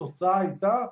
התוצאה הייתה,